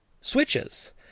Switches